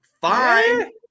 fine